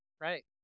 Right